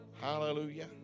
Hallelujah